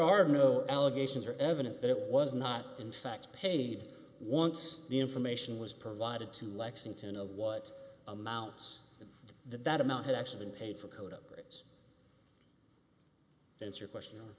are no allegations or evidence that it was not in fact paid once the information was provided to lexington of what amounts to that that amount had actually been paid for code upgrades to answer question